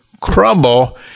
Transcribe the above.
crumble